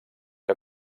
que